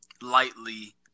lightly